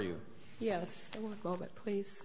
you yes please